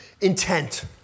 intent